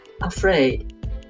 afraid